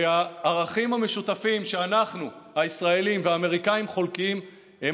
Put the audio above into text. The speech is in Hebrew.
והערכים המשותפים שאנחנו הישראלים והאמריקאים חולקים הם